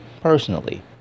personally